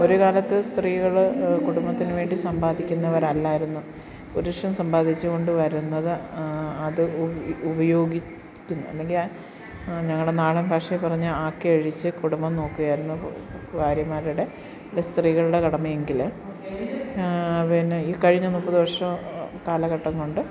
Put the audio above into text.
ഒരു കാലത്ത് സ്ത്രീകൾ കുടുംബത്തിനു വേണ്ടി സമ്പാദിക്കുന്നവരല്ലായിരുന്നു പുരുഷൻ സാമ്പാദിച്ച്കൊണ്ട് വരുന്നത് അത് ഉപയോഗിക്കുന്നതും അല്ലെങ്കിൽ ഞങ്ങളുടെ നാടൻ ഭാഷയിൽ പറഞ്ഞാൽ ആക്കി അഴിച്ച് കുടുംബം നോക്കുകയായിരുന്നു ഭാര്യമാരുടെ അല്ലെ സ്ത്രീകളുടെ കടമയെങ്കിൽ പിന്നെ ഈ കഴിഞ്ഞ മുപ്പത് വർഷ കാലഘട്ടം കൊണ്ട്